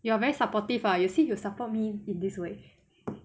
you are very supportive ah you see you support me in this way